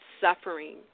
suffering